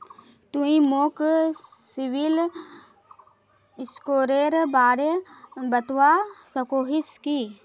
तुई मोक सिबिल स्कोरेर बारे बतवा सकोहिस कि?